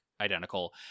identical